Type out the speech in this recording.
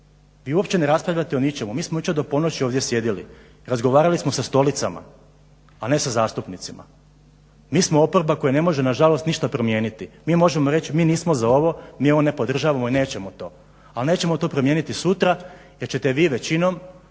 Vi uopće ne raspravljate o ničemu. Mi smo jučer do ponoći ovdje sjedili. Razgovarali smo sa stolicama, a ne sa zastupnicima. Mi smo oporba koje ne može na žalost ništa promijeniti. Mi možemo reći mi nismo za ovo, mi ovo ne podržavamo i nećemo to. Ali nećemo to promijeniti sutra, jer ćete vi većinom